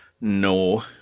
No